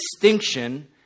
distinction